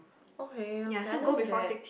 okay okay I never knew that